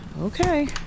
Okay